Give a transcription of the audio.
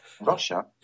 Russia